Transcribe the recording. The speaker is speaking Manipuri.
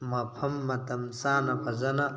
ꯃꯐꯝ ꯃꯇꯝ ꯆꯥꯅ ꯐꯖꯅ